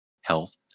health